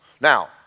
Now